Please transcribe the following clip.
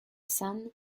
son